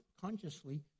consciously